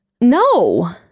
no